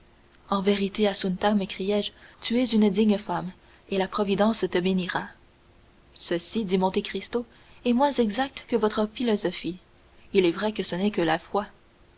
en vérité assunta m'écriai-je tu es une digne femme et la providence te bénira ceci dit monte cristo est moins exact que votre philosophie il est vrai que ce n'est que la foi